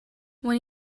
when